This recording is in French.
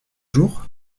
jours